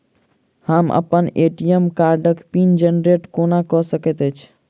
हम अप्पन ए.टी.एम कार्डक पिन जेनरेट कोना कऽ सकैत छी?